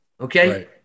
Okay